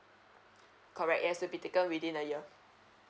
correct yes to be taken within a year